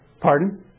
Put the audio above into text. Pardon